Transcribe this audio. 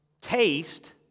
taste